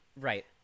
Right